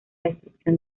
destrucción